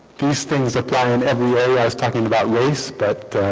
these things apply in every area i was talking about race but